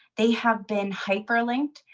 they have been hyperlinked.